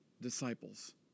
disciples